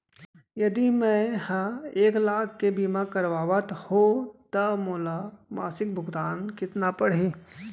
यदि मैं ह एक लाख के बीमा करवात हो त मोला मासिक भुगतान कतना पड़ही?